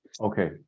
Okay